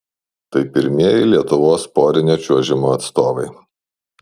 tai pirmieji lietuvos porinio čiuožimo atstovai